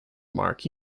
mark